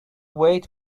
wait